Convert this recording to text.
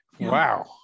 Wow